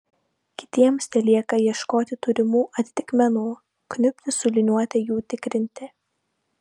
kitiems telieka ieškoti turimų atitikmenų kniubti su liniuote jų tikrinti